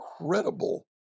incredible